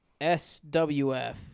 swf